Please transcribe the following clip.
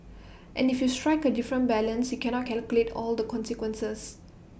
and if you strike A different balance you cannot calculate all the consequences